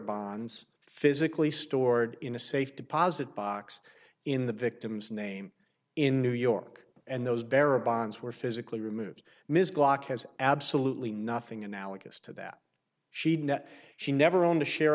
bonds physically stored in a safe deposit box in the victim's name in new york and those vera bonds were physically removed ms glock has absolutely nothing analogous to that she'd net she never owned a share